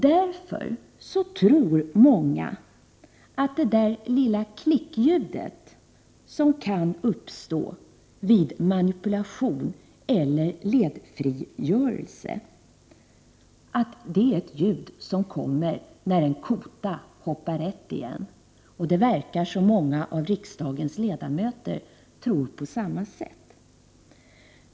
Därför tror många människor att det lilla klickljud som kan uppstå vid manipulation eller ledfrigörelse kommer från en kota när den hoppar rätt igen. Det verkar som om många av riksdagens ledamöter också tror det.